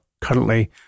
currently